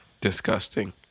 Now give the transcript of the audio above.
Disgusting